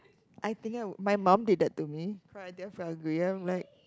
I think I would my mum did that to me cry until I feel hungry I'm like